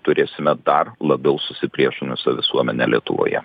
turėsime dar labiau susipriešinusią visuomenę lietuvoje